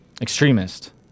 Extremist